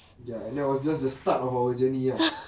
ya and that was just the start of our journey ah